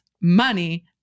money